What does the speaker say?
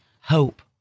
hope